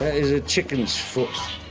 is a chicken's foot.